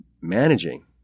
managing